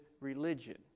religion